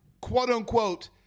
quote-unquote